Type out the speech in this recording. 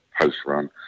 post-run